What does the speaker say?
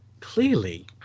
Clearly